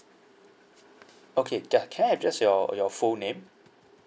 okay ya can I address your your full name